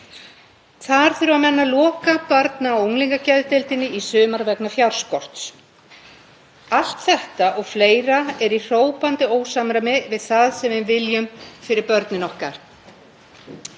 Þar þurfa menn að loka barna- og unglingageðdeildinni í sumar vegna fjárskorts. Allt þetta og fleira er í hrópandi ósamræmi við það sem við viljum fyrir börnin okkar.